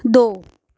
दो